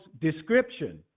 description